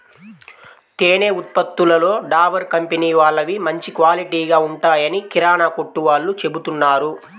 తేనె ఉత్పత్తులలో డాబర్ కంపెనీ వాళ్ళవి మంచి క్వాలిటీగా ఉంటాయని కిరానా కొట్టు వాళ్ళు చెబుతున్నారు